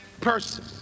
person